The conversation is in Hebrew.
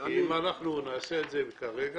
אם נעשה את זה כרגע,